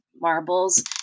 marbles